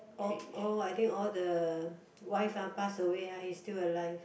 all all I think all the wife uh pass away [huh] he still alive